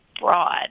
broad